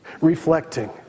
Reflecting